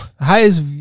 highest